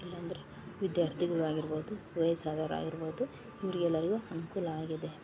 ಇಲ್ಲಾಂದರೆ ವಿದ್ಯಾರ್ಥಿಗುಳು ಆಗಿರ್ಬೋದು ವಯಸ್ಸಾದವ್ರು ಆಗಿರ್ಬೋದು ಇವ್ರಿಗೆಲ್ಲರಿಗು ಅನುಕೂಲ ಆಗಿದೆ